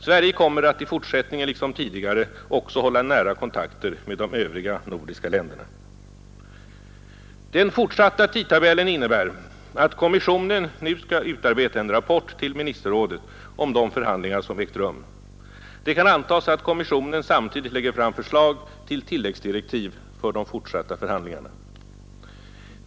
Sverige kommer att i fortsättningen liksom tidigare också hålla nära kontakter med de övriga nordiska länderna. Den fortsatta tidtabellen innebär att kommissionen nu skall utarbeta en rapport till ministerrådet om de förhandlingar som ägt rum. Det kan antas att kommissionen samtidigt lägger fram förslag till tilläggsdirektiv för de fortsatta förhandlingarna.